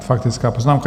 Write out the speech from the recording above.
Faktická poznámka.